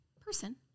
person